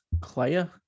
Claire